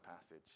passage